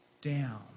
down